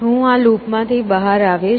હું આ લૂપમાંથી બહાર આવીશ